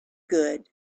good